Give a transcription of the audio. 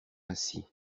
ainsi